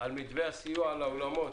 על מתווה הסיוע לאולמות.